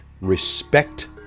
respect